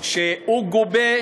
שהוא גובה